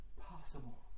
possible